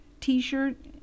T-shirt